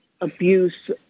abuse